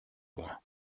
loin